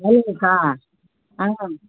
நலுங்குக்கா ஆ